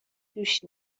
توش